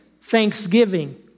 thanksgiving